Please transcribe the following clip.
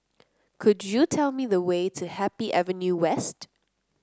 could you tell me the way to Happy Avenue West